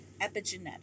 Epigenetic